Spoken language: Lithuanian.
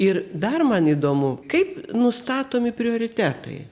ir dar man įdomu kaip nustatomi prioritetai